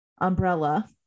umbrella